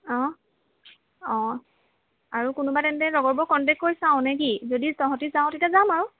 অঁ অঁ আৰু কোনোবা তেন্তে লগৰবোৰক কণ্টেক্ট কৰি চাওঁ নেকি যদি তহঁতে যাৱ তেতিয়া যাম আৰু